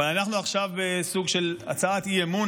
אבל אנחנו עכשיו בסוג של הצעת אי-אמון,